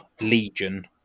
legion